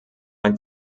ein